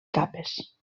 capes